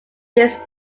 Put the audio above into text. this